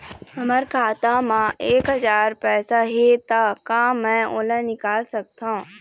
हमर खाता मा एक हजार पैसा हे ता का मैं ओला निकाल सकथव?